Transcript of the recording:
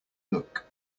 luck